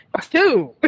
two